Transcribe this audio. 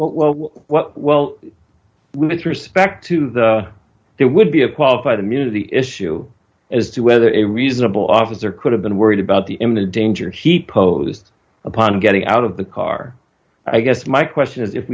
well well well with respect to the there would be a qualified immunity issue as to whether a reasonable officer could have been worried about the imminent danger he posed upon getting out of the car i guess my question is if